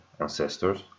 ancestors